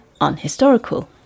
unhistorical